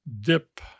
Dip